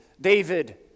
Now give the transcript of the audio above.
David